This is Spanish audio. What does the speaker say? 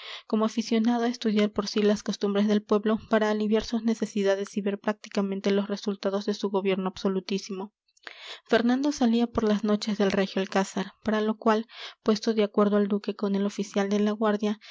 como aficionado a estudiar por si las costumbres del pueblo para aliviar sus necesidades y ver prácticamente los resultados de su gobierno absolutísimo fernando salía por las noches del regio alcázar para lo cual puesto de acuerdo el duque con el oficial de la guardia